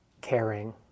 caring